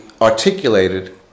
articulated